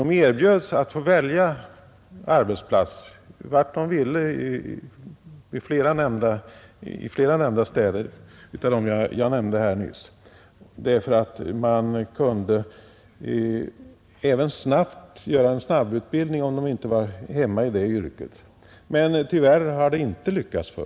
De erbjöds att få välja arbetsplats i flera av de städer som jag nämnde här nyss, eftersom det kunde ordnas en snabbutbildning om de inte var hemmastadda i yrket i fråga. Men tyvärr har det inte lyckats.